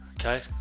okay